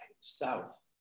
south